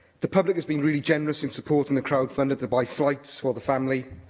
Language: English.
the public has been really generous in supporting the crowdfunder to buy flights for the family,